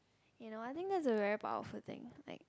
you know I think that is a very powerful thing thing